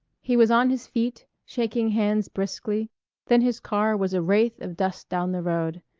he was on his feet, shaking hands briskly then his car was a wraith of dust down the road.